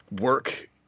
Work